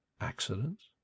accidents